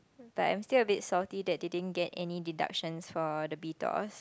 but I'm still a bit salty that they didn't get any deductions for the B toss